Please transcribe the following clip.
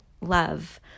love